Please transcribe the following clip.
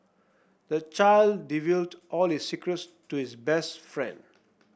the child divulged all the secrets to his best friend